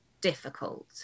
difficult